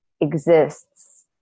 exists